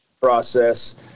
process